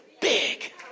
big